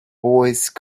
voice